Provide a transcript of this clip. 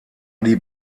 die